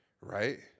right